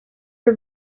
her